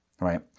right